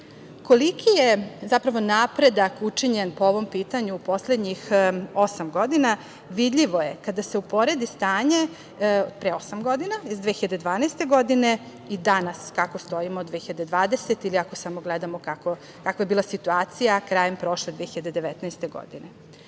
je, zapravo, napredak učinjen po ovom pitanju u poslednjih osam godina vidljivo je kada se uporedi stanje pre osam godina, iz 2012. godine, i danas kako stojimo, 2020. godine ili ako samo gledamo kakva je bila situacija krajem prošle 2019. godine. Naime,